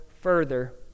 further